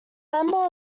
member